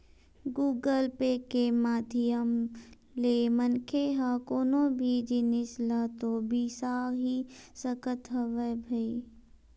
Google Pay के माधियम ले मनखे ह कोनो भी जिनिस ल तो बिसा ही सकत हवय भई